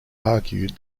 argued